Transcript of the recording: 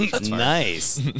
nice